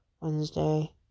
Wednesday